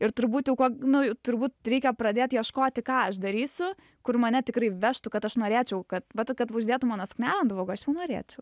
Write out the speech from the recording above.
ir turbūt jau kok nu turbūt reikia pradėt ieškoti ką aš darysiu kur mane tikrai vežtų kad aš norėčiau kad va kad uždėtų mano suknelę ant vougo aš jau norėčiau